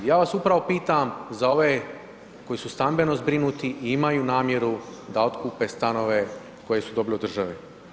Ja vas upravo pitam za ove koji su stambeno zbrinuti i imaju namjeru, da otkupe stanove koje su dobili od države.